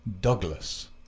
Douglas